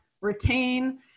retain